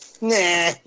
Nah